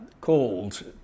called